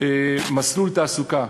מסלול תעסוקה.